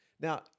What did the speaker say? Now